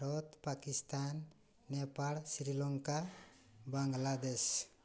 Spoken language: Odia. ଭାରତ ପାକିସ୍ତାନ ନେପାଳ ଶ୍ରୀଲଙ୍କା ବାଂଲାଦେଶ